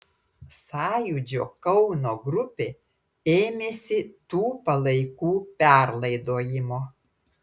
sąjūdžio kauno grupė ėmėsi tų palaikų perlaidojimo